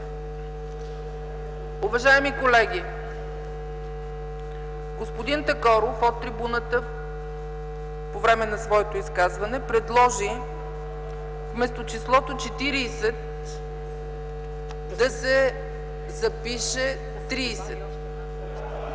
Уважаеми колеги, господин Такоров от трибуната по време на своето изказване предложи вместо 30 да се запише числото 40.